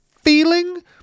feeling